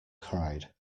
cried